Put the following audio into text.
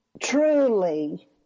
truly